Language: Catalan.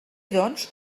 doncs